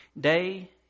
day